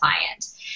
client